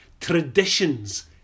traditions